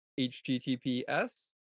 https